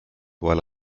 while